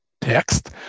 text